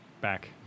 back